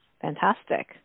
Fantastic